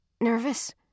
Nervous